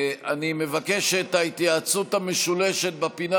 אני מבקש שאת ההתייעצות המשולשת בפינה,